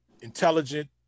intelligent